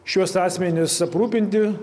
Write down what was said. šiuos asmenis aprūpinti